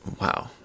Wow